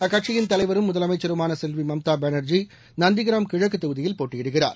அக்கட்சியின் தலைவரும் முதலமைச்சருமானசெல்விமம்தாபானா்ஜி நந்திகிராம் கிழக்குதொகுதியில் போட்டியிடுகிறார்